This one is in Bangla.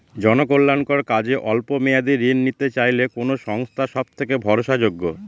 জনকল্যাণকর কাজে অল্প মেয়াদী ঋণ নিতে চাইলে কোন সংস্থা সবথেকে ভরসাযোগ্য?